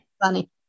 funny